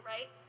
Right